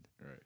right